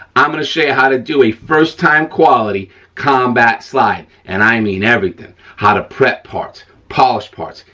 i'm gonna show ya how to do a first time quality combat slide, and i mean everything, how to prep parts, polish parts,